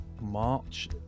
March